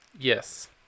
Yes